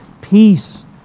peace